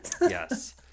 yes